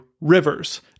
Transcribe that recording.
rivers